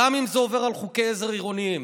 גם אם זה עובר על חוקי עזר עירוניים.